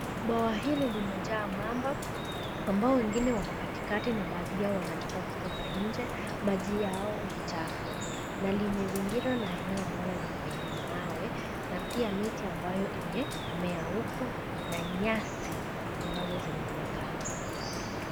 Bwawa hili limejaa mamba ambao wengine wako katikati na baadhi yao wanataka kutoka nje. Maji hayo ni chafu na limezingirwa na eneo ambalo liko na mawe na pia miti ambayo imemea huko na nyasi ambazo zinaonekana huku kando.